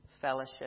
fellowship